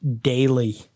daily